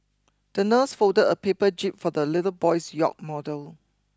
the nurse folded a paper jib for the little boy's yacht model